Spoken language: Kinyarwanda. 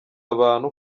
abantu